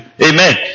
Amen